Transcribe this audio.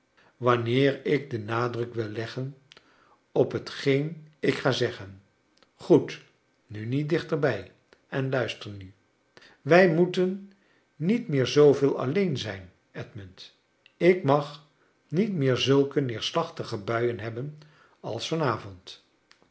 wanneer ik den nadruk wil leggen op hetgeen ik ga zeggen goed nu niet dichter bij en luister nu wij moeten niet meer zooveel alleen zijn edmund ik mag niet meer zulke neerslacht ige buien hebben als van